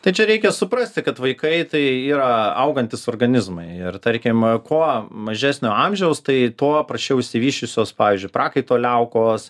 tai čia reikia suprasti kad vaikai tai yra augantys organizmai ir tarkim kuo mažesnio amžiaus tai tuo prasčiau išsivysčiusios pavyzdžiui prakaito liaukos